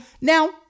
now